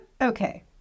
okay